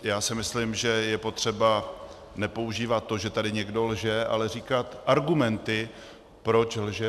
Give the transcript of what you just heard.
Já si myslím, že je potřeba nepoužívat to, že tady někdo lže, ale říkat argumenty, proč lže.